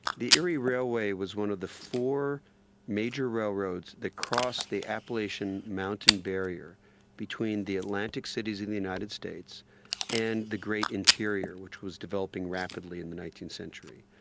the erie railway was one of the four major railroads that crossed the appellation mountain barrier between the atlantic cities in the united states and the great interior, which was developing rapidly in the nineteenth century.